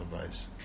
advice